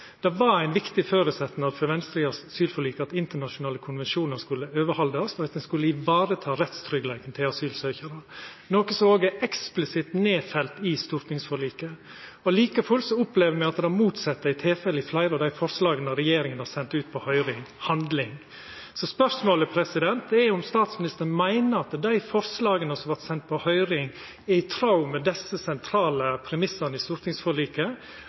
Det var ein viktig føresetnad for Venstre i asylforliket at internasjonale konvensjonar skulle overhaldast, og at ein skulle vareta rettstryggleiken til asylsøkjarane, noko som også er eksplisitt nedfelt i stortingsforliket. Like fullt opplever me at det motsette er tilfellet i fleire av dei forslaga regjeringa har sendt ut på høyring – handling. Spørsmålet er om statsministeren meiner at dei forslaga som vart sende på høyring, er i tråd med desse sentrale premissane i stortingsforliket,